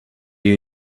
you